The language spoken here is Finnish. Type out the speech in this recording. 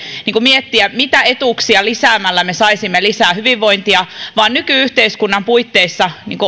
miettiä mitä etuuksia lisäämällä me saisimme lisää hyvinvointia vaan nyky yhteiskunnan puitteissa